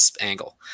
angle